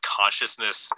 consciousness